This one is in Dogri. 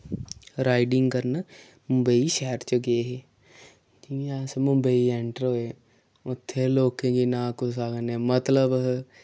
राइडिंग करन मुंबई शैह्र च गे हे जि'यां अस मुंबई एंटर होए उत्थैं लोकें गी ना कुसा कन्नै मतलब